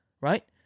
Right